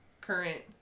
current